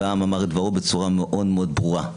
והעם אמר את דברו בצורה מאוד מאוד ברורה.